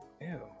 Ew